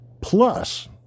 Plus